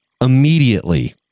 immediately